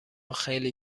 خیلی